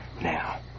Now